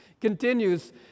Continues